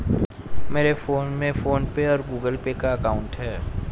मेरे फोन में PhonePe और गूगल पे का अकाउंट है